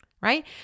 right